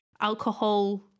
alcohol